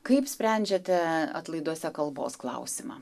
kaip sprendžiate atlaiduose kalbos klausimą